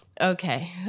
Okay